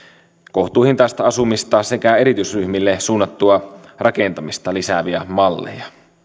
kohtuuhintaista asumista sekä erityisryhmille suunnattua rakentamista lisääviä malleja